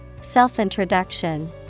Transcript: Self-introduction